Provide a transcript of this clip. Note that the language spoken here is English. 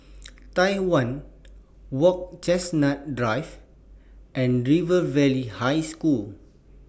Tai Hwan Walk Chestnut Drive and River Valley High School